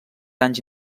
anys